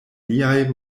liaj